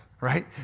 right